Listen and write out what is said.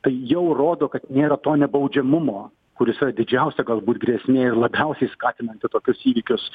tai jau rodo kad nėra to nebaudžiamumo kuris yra didžiausia galbūt grėsmė ir labiausiai skatinanti tokius įvykius